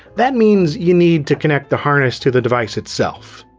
that means you need to connect the harness to the device itself.